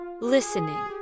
Listening